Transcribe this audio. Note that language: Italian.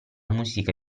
musica